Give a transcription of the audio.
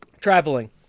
Traveling